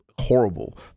horrible